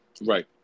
right